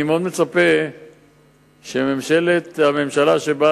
אני מאוד מצפה שהממשלה שבה